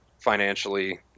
financially